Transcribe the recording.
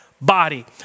body